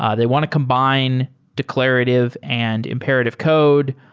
ah they want to combine declarative and imperative code.